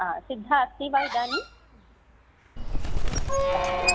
सिद्धा अस्ति वा इदानीम् अस्तु